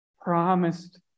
promised